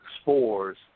spores